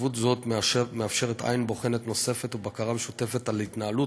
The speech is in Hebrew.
שותפות זו מאפשרת עין בוחנת נוספת ובקרה משותפת על התנהלות